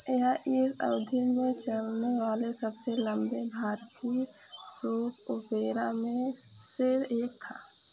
यह इस अवधि में चलने वाले सबसे लम्बे भारतीय सोप ओपेरा में से एक था